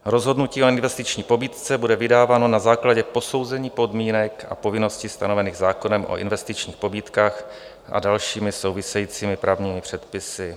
Rozhodnutí o investiční pobídce bude vydáváno na základě posouzení podmínek a povinností stanovených zákonem o investičních pobídkách a dalšími souvisejícími právními předpisy.